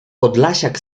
podlasiak